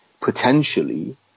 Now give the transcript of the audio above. potentially